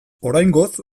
oraingoz